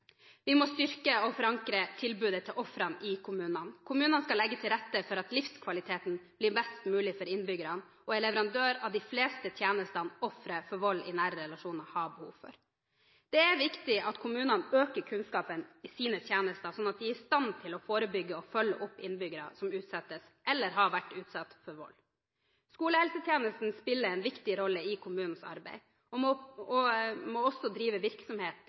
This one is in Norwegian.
Vi må styrke og forankre tilbudet til ofrene i kommunene. Kommunene skal legge til rette for at livskvaliteten blir best mulig for innbyggere, og er leverandør av de fleste tjenestene ofre for vold i nære relasjoner har behov for. Det er viktig at kommunene øker kunnskapen i sine tjenester, sånn at de er i stand til å forebygge og følge opp innbyggerne som utsettes, eller har vært utsatt, for vold. Skolehelsetjenesten spiller en viktig rolle i kommunenes arbeid, og må også drive virksomhet